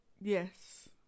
Yes